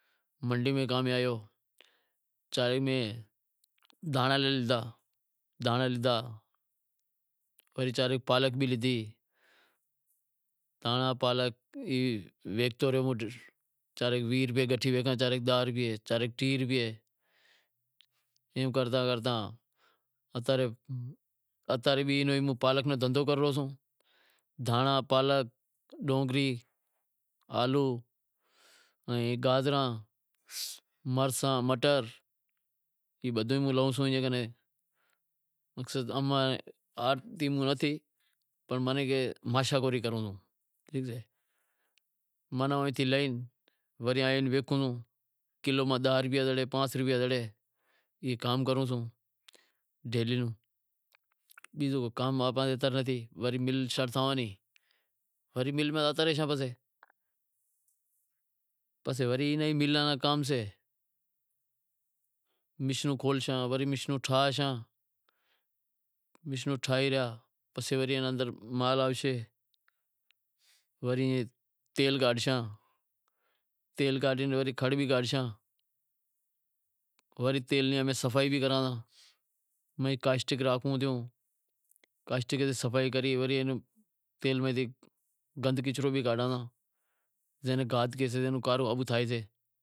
منڈی میں کام میں آیو چاں رے میں دانڑا لیدہا، وڑے چارے پالک بھی لیدہی، دہانڑا پالک مرچوں رہیوں ای ویہہ روپیا تھی ویساں، چارے ٹیہہ روپیا، ایئں کرتا کرتا اتا رے بھی پالک روبھی دہندہو کرنووں سوں، دہانڑا پالک ڈونگری، آلو، ائیں گازراں مرساں مٹر ای بدہے موں لووں سوں ایئے کنیں، آرتی نتھی پنڑ ماشاخوری کروں سوں ماناں اتھئے لئی ویکو سووں، کلو ماں داہ روپیا زڑیں ای کام کرووں سوں ڈیلی رو، بیزو کو کام نتھی وڑی مل میں زاتا رہشاں، مل میں کام میشنوں کھولشاں وڑی میشنوں ٹھاشاں میشنوں ٹھائے رہیا پسے وڑی اینا اندر مال آوشے وری ایئں تیل کاڈھشاں، تیل کاڈہے وڑے کھڑ بھی کاڈھشاں، وری تیل ری امیں صفائی بھی کراں تا، امیں کاسٹک بھی راکھنڑوں تھیو کاسٹک سیں صفائی کری وری تیل ماں تھی گند کچرو بھی کاڈہاں تا پسے